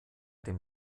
dem